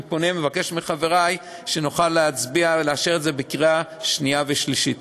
אני פונה ומבקש מחברי שנוכל להצביע ולאשר את זה בקריאה שנייה ושלישית.